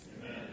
Amen